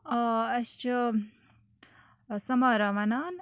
آ اَسہِ چھِ سَمارا وَنان